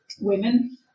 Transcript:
women